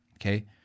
okay